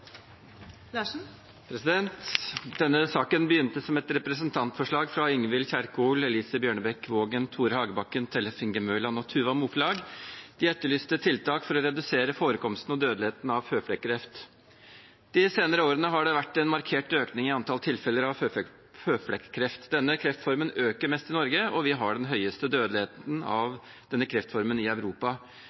vedtatt. Denne saken begynte som et representantforslag fra Ingvild Kjerkol, Elise Bjørnebekk-Waagen, Tore Hagebakken, Tellef Inge Mørland og Tuva Moflag. De etterlyste tiltak for å redusere forekomsten og dødeligheten av føflekkreft. De senere årene har det vært en markert økning i antall tilfeller av føflekkreft. Denne kreftformen øker mest i Norge, og vi har den høyeste dødeligheten av denne kreftformen i Europa.